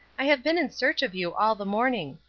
i have been in search of you all the morning.